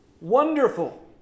Wonderful